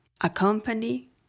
accompany